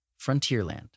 Frontierland